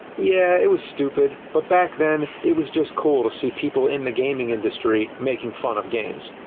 yeah, it was stupid, but back then, it was just cool to see people in the gaming industry making fun of games.